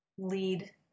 lead